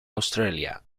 australia